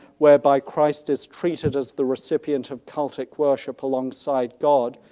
whereby christ is treated as the recipient of cultic worship alongside god,